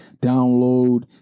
download